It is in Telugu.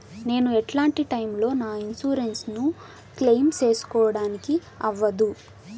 నేను ఎట్లాంటి టైములో నా ఇన్సూరెన్సు ను క్లెయిమ్ సేసుకోవడానికి అవ్వదు?